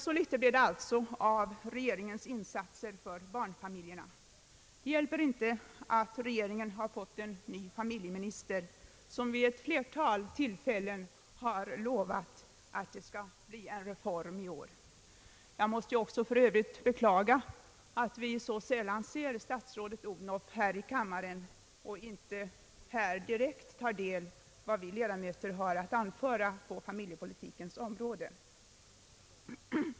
Så litet blev det alltså av regeringens insatser för barnfamiljerna. Det hjälper inte att regeringen har fått en ny familjeminister, som vid ett flertal tillfällen har utlovat en reform i år. Jag måste för övrigt också beklaga att vi så sällan ser statsrådet Odhnoff här i kammaren för att direkt ta del av vad vi ledamöter har att anföra på familjepolitikens område.